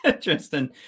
Justin